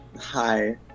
hi